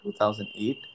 2008